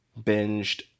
binged